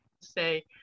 say